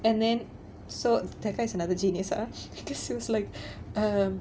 and then so takas is another genius ah just seems like um